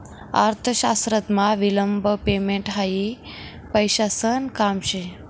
अर्थशास्त्रमा विलंब पेमेंट हायी पैसासन काम शे